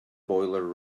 boiler